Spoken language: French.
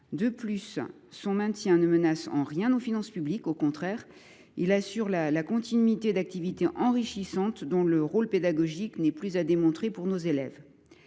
De plus, son maintien ne menace en rien nos finances publiques. Au contraire, ce fonds assure la continuité d’activités enrichissantes dont le rôle pédagogique n’est plus à démontrer pour nos élèves.